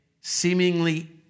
seemingly